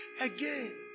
again